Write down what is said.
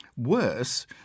Worse